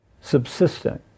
subsisting